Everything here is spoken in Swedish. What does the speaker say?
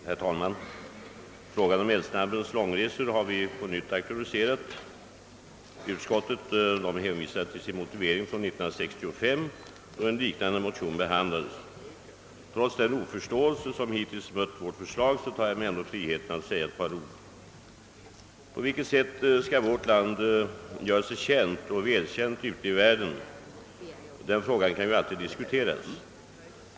Herr talman! Frågan om Älvsnabbens långresor har vi på nytt aktualiserat. Utskottet hänvisar till sin motivering från 1965, då en liknande motion behandlades. Trots den oförståelse som hittills mött vårt förslag, tar jag mig ändå friheten att säga ett par ord. På vilket sätt vårt land skall göra sig känt och välkänt ute i världen kan alltid disktueras.